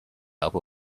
help